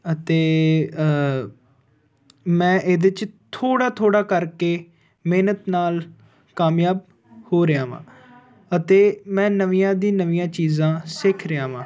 ਅਤੇ ਮੈਂ ਇਹਦੇ ਚ ਥੋੜ੍ਹਾ ਥੋੜ੍ਹਾ ਕਰਕੇ ਮਿਹਨਤ ਨਾਲ ਕਾਮਯਾਬ ਹੋ ਰਿਹਾ ਹਾਂ ਅਤੇ ਮੈਂ ਨਵੀਆਂ ਦੀ ਨਵੀਆਂ ਚੀਜ਼ਾਂ ਸਿੱਖ ਰਿਹਾ ਹਾਂ